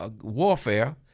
warfare